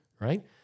right